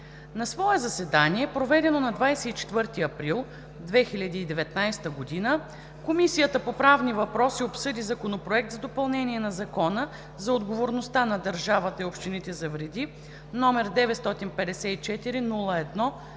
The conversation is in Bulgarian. На свое заседание, проведено на 24 април 2019 г., Комисията по правни въпроси обсъди Законопроект за допълнение на Закона за отговорността на държавата и общините за вреди, № 954-01-22,